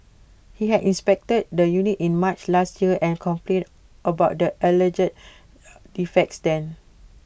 he had inspected the unit in March last year and complained about the alleged defects then